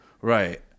Right